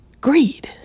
Greed